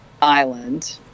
island